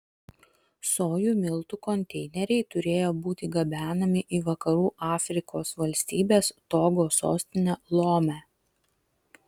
sojų miltų konteineriai turėjo būti gabenami į vakarų afrikos valstybės togo sostinę lomę